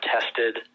tested